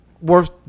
worth